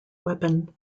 weapon